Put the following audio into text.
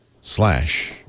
slash